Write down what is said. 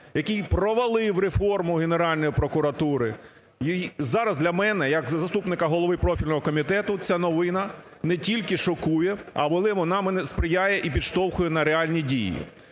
який провалив реформу Генеральної прокуратури. Зараз для мене як заступника голови профільного комітету ця новина не тільки шокує, але вона мене сприяє і підштовхує на реальні дії.